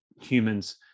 humans